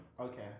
Okay